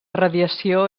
radiació